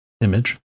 image